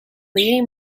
leading